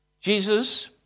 Jesus